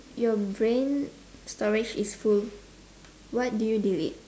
your brain storage is full what do you delete